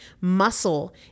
Muscle